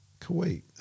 Kuwait